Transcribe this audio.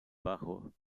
bajos